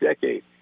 decade